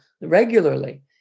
regularly